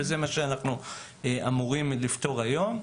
וזה מה שאנחנו אמורים לפתור היום.